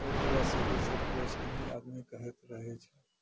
अइ तरहसँ जे छै परेशानी आदमीके होइत रहय छै